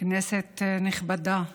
כנסת נכבדה,